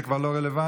זה כבר לא רלוונטי,